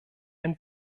ein